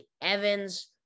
Evans